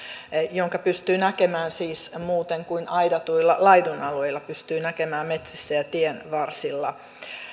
jonka pystyy näkemään siis muuten kuin aidatuilla laidunalueilla pystyy näkemään metsissä ja tienvarsilla